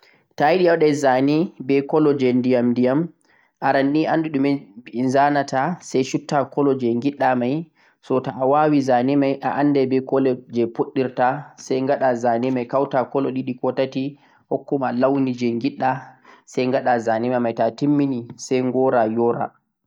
Ta'ayiɗe awaɗan zane be launi je ndiyam-ndiyam, arannii andu ɗumi nzanata sai shuɓa launi je giɗɗa maisai ɗinga zanugo. Ta'atimmini sai ngoraɗun yora ta nannge.